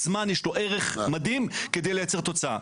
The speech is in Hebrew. לזמן יש ערך מדהים כדי לייצר תוצאה.